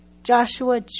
Joshua